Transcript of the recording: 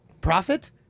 profit